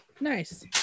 Nice